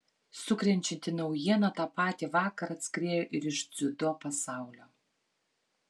sukrečianti naujiena tą patį vakarą atskriejo ir iš dziudo pasaulio